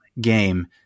game